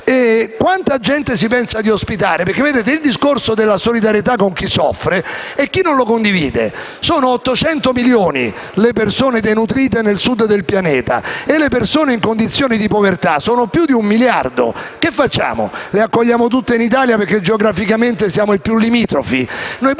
Quanta gente si pensa di ospitare? Badate che non c'è chi non condivida il discorso della solidarietà nei confronti di chi soffre. Sono 800 milioni le persone denutrite nel Sud del Pianeta e le persone in condizioni di povertà sono in più di un miliardo. Che facciamo? Le accogliamo tutte in Italia perché geograficamente siamo i più limitrofi?